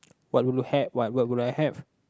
what would you have what what will I have